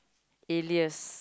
aliyers